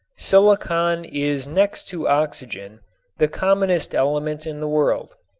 silicon is next to oxygen the commonest element in the world.